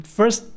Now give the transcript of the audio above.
first